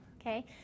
Okay